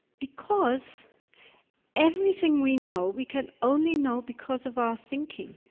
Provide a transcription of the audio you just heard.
because everything we know we can only know because of our thinking.